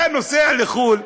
אתה נוסע לחו"ל,